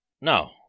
No